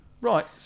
Right